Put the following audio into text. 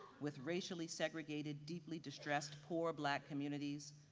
with racially segregated, deeply distressed, poor black communities,